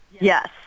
Yes